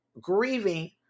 grieving